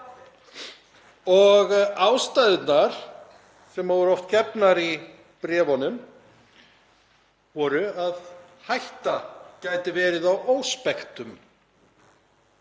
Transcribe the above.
…) Ástæðurnar sem voru oft gefnar í bréfunum voru að hætta gæti verið á óspektum.